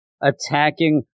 attacking